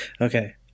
Okay